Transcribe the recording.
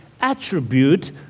attribute